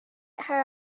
her